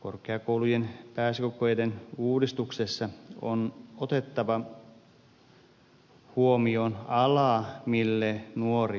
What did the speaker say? korkeakoulujen pääsykokeiden uudistuksessa on otettava huomioon ala mille nuori hakee